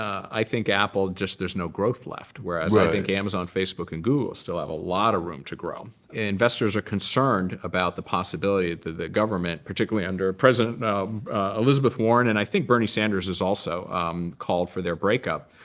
think apple, just there's no growth left, whereas, i think amazon, facebook, and google still have a lot of room to grow. investors are concerned about the possibility that the government, particularly under president elizabeth warren and i think bernie sanders is also called for their breakup.